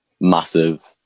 massive